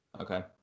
Okay